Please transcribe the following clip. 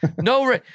No